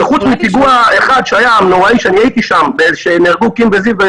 וחוץ מפיגוע אחד נוראי שהיה והייתי שם שנהרגו קים וזיו,